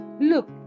Look